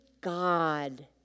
God